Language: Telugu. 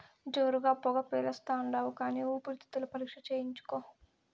జోరుగా పొగ పిలిస్తాండావు కానీ ఊపిరితిత్తుల పరీక్ష చేయించుకో